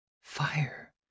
Fire